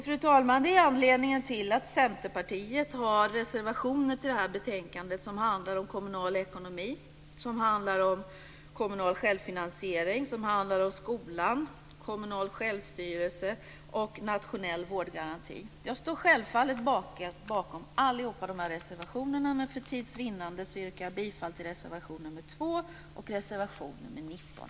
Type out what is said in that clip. Fru talman! Det är anledningen till att Centerpartiet har reservationer i betänkandet som handlar om kommunal ekonomi, kommunal självfinansiering, skolan, kommunal självstyrelse och nationell vårdgaranti. Jag står självfallet bakom alla våra reservationer, men för tids vinnande yrkar jag bifall till reservationerna 2 och 19.